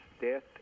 death